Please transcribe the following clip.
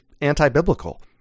anti-biblical